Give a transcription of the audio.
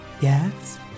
Yes